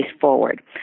forward